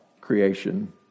creation